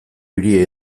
hiria